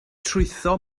trwytho